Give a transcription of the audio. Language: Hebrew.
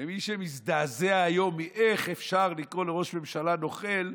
ומי שמזדעזע היום מאיך אפשר לקרוא לראש ממשלה "נוכל"